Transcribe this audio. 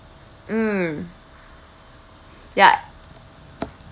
mm ya